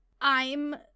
I'm-